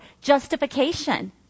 justification